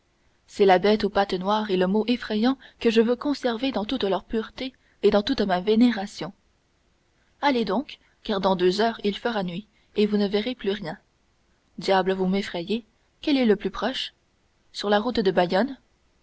c'est la bête aux pattes noires et le mot effrayant que je veux conserver dans toute leur pureté et dans toute ma vénération allez donc car dans deux heures il fera nuit et vous ne verrez plus rien diable vous m'effrayez quel est le plus proche sur la route de bayonne